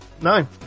No